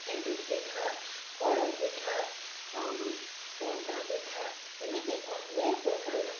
ଏଣ୍ଡୁରି ପିଠା ପୋଡ଼ ପିଠା ଆଉ ମଣ୍ଡା ପିଠା ଏମିତି ଅନେକ ପ୍ରକାରର